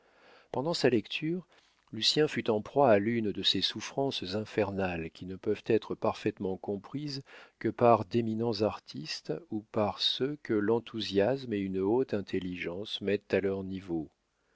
pendant sa lecture lucien fut en proie à l'une de ces souffrances infernales qui ne peuvent être parfaitement comprises que par d'éminents artistes ou par ceux que l'enthousiasme et une haute intelligence mettent à leur niveau